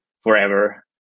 forever